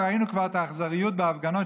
וראינו כבר את האכזריות בהפגנות,